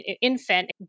infant